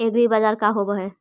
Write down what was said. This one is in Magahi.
एग्रीबाजार का होव हइ?